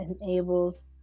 enables